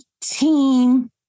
team